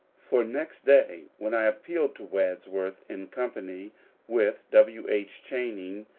for next day when i appealed to wads worth, in company with w. h. channing,